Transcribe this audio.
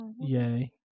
yay